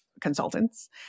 consultants